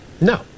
No